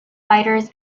fighters